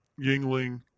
yingling